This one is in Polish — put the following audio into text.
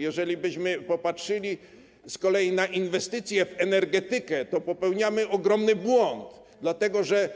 Jeżelibyśmy popatrzyli z kolei na inwestycje w energetykę, to popełniamy ogromny błąd, dlatego że